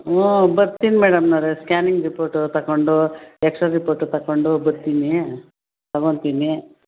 ಹ್ಞೂ ಬತ್ತೀನಿ ಮೇಡಮ್ನವ್ರೆ ಸ್ಕ್ಯಾನಿಂಗ್ ರಿಪೋರ್ಟು ತಗೊಂಡು ಎಕ್ಸ್ರೇ ರಿಪೋರ್ಟು ತಗೊಂಡು ಬರ್ತೀನಿ ತಗೊತೀನಿ